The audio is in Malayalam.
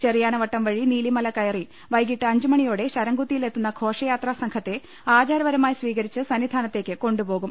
ചെറി യാനവട്ടംവഴി നീലിമല കയറി വൈകിട്ട് അഞ്ചുമണിയോടെ ശരം കുത്തിയിലെത്തുന്ന ഘോഷയാത്രാസംഘത്തെ ആചാരപരമായി സ്വീകരിച്ച് സന്നിധാനത്തേക്ക് കൊണ്ടുപോകും